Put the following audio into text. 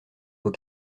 aux